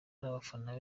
n’abafana